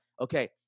Okay